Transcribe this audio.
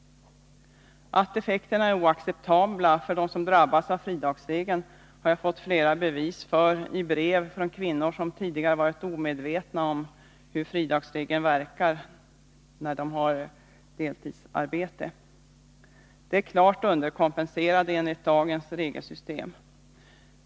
Att effekterna är oacceptabla för dem som drabbas av fridagsregeln har jag fått flera bevis för i brev från kvinnor som tidigare varit omedvetna om hur fridagsregeln verkar när de har deltidsarbete. De är klart underkompenserade enligt dagens regelsystem.